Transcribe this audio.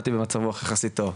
באתי המצב רוח יחסית טוב.